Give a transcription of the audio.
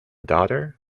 daughter